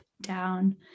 down